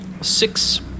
six